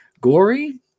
gory